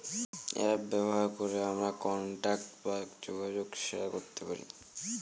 app ব্যবহার করে আমরা কন্টাক্ট বা যোগাযোগ শেয়ার করতে পারি